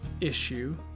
issue